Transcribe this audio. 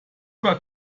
war